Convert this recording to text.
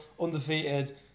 undefeated